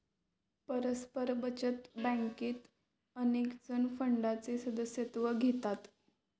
परस्पर बचत बँकेत अनेकजण फंडाचे सदस्यत्व घेतात